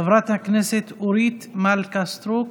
חברת הכנסת אורית מלכה סטרוק,